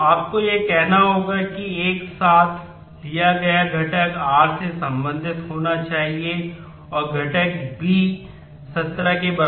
तो आपको यह कहना होगा कि एक साथ लिया गया घटक r से संबंधित होना चाहिए और घटक b 17 के बराबर होना चाहिए